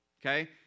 Okay